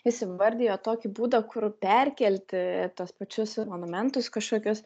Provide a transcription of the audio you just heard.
jis įvardijo tokį būdą kur perkelti tuos pačius monumentus kažkokius